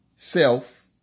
Self